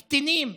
קטינים,